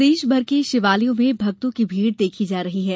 प्रदेश भर के शिवालयों में भक्तों की भीड़ देखी जा रही है